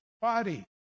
body